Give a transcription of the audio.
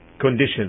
conditions